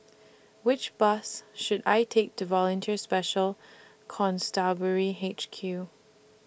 Which Bus should I Take to Volunteer Special Constabulary H Q